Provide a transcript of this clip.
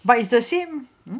but it's the same